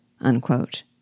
Unquote